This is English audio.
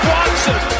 Watson